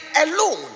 alone